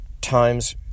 times